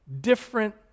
different